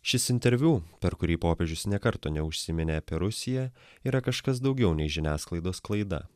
šis interviu per kurį popiežius nė karto neužsiminė apie rusiją yra kažkas daugiau nei žiniasklaidos klaida